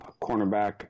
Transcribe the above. cornerback